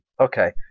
Okay